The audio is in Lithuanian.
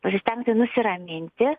pasistengti nusiraminti